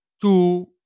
two